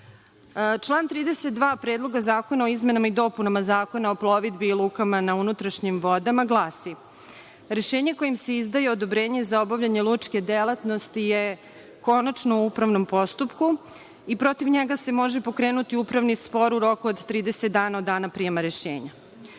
32. Predloga zakona o izmenama i dopunama Zakona o plovidbi i lukama na unutrašnjim vodama glasi – rešenje kojim se izdaje odobrenje za obavljanje lučke delatnosti je konačno u upravnom postupku i protiv njega se može pokrenuti upravni spor u roku od 30 dana od dana prijema rešenja.